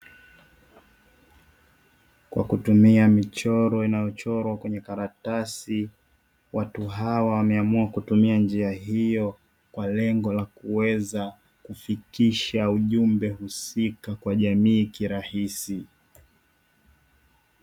Kwa kutumia michoro inayochorwa kwenye karatasi, watu hawa wameamua kutumia njia hiyo kwa lengo la kuweza kufikisha ujumbe husika kwa jamii kirahisi.